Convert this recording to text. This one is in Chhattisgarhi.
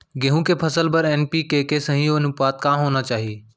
गेहूँ के फसल बर एन.पी.के के सही अनुपात का होना चाही?